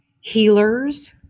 healers